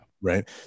right